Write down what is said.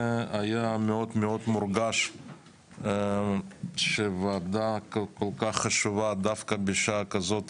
זה היה מורגש שוועדה כל-כך חשובה, דווקא בשעה כזאת